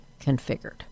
configured